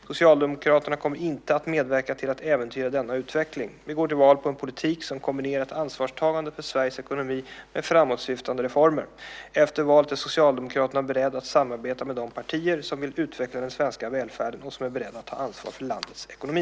Socialdemokraterna kommer inte att medverka till att äventyra denna utveckling. Vi går till val på en politik som kombinerar ett ansvarstagande för Sveriges ekonomi med framåtsyftande reformer. Efter valet är Socialdemokraterna beredda att samarbeta med de partier som vill utveckla den svenska välfärden och som är beredda att ta ansvar för landets ekonomi.